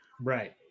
Right